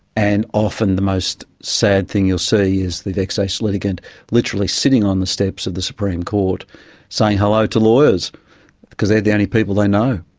and often the most sad thing you'll see is the vexatious litigant literally sitting on the steps of the supreme court saying hello to lawyers because they are the only people they know.